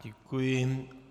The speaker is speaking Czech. Děkuji.